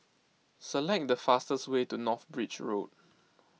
select the fastest way to North Bridge Road